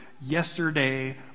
Yesterday